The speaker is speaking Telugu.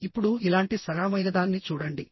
ఇప్పుడు ఇలాంటి సరళమైనదాన్ని చూడండి